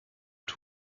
nur